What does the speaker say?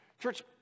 Church